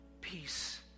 Peace